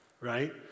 right